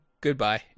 goodbye